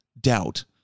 doubt